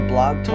Blog